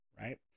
right